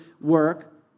work